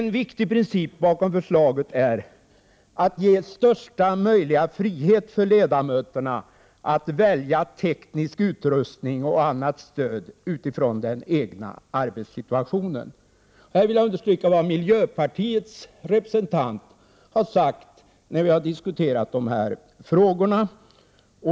En viktig princip bakom förslaget är att ge största möjliga frihet för ledamöterna att välja teknisk utrustning och annat stöd med hänsyn till den egna arbetssituationen. I det sammanhanget vill jag understryka vad miljöpartiets representant har sagt när vi har diskuterat dessa frågor.